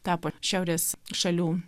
tapo šiaurės šalių